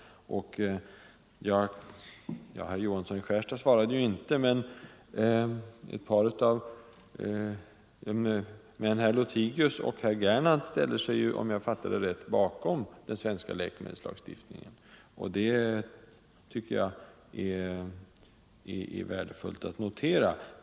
Herr Johansson i Skärstad svarade inte, men herr Lothigius och herr Gernandt ställer sig, om jag fattade dem rätt, bakom den svenska läkemedelslagstiftningen, och det tycker jag är värdefullt att notera.